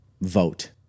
vote